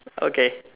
okay